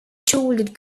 shouldered